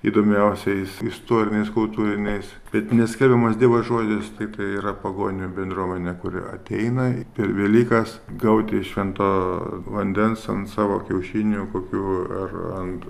įdomiausiais istoriniais kultūriniais bet neskelbiamas dievo žodis tai tai yra pagonių bendruomenė kuri ateina per velykas gauti švento vandens ant savo kiaušinių kokių ar ant